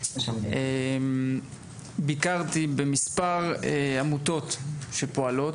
ביקרתי במספר עמותות שפועלות,